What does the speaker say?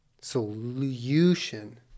Solution